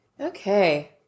Okay